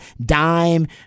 dime